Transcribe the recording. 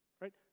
right